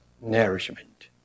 nourishment